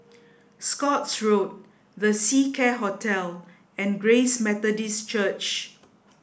Scotts Road The Seacare Hotel and Grace Methodist Church